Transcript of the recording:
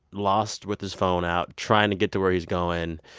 lost with his phone out, trying to get to where he's going,